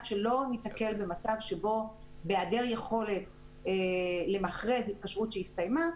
שלא ניתקל במצב שבו בהיעדר יכולת למכרז התקשרות שהסתיימה,